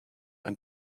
and